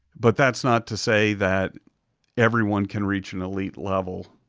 but that's not to say that everyone can reach an elite level